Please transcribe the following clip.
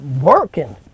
working